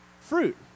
fruit